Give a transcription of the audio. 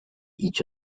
each